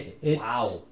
Wow